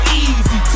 easy